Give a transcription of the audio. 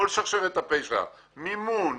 את כל שרשרת הפשע מימון,